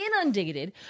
inundated